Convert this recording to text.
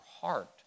heart